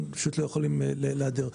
אנחנו לא יכולים להיעדר.